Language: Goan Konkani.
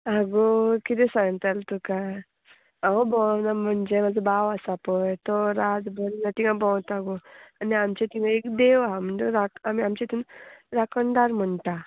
आगो किदें सांगतलें तुका हांव भोंवना म्हणजे म्हाजो भाव आसा पळय तो रातभर हिंगा थिंगा भोंवता गो आनी आमचे थिंगां एक देव आहा म्हणजे आमी आमचे तितून राखणदार म्हणटा